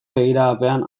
begiradapean